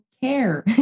care